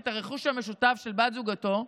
את הרכוש המשותף של בת זוגו,